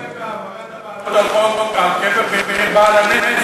להסתפק בהעברת הבעלות על קבר מאיר בעל הנס,